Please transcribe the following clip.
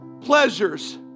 pleasures